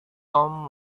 tom